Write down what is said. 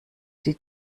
die